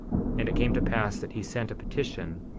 and it came to pass that he sent a petition,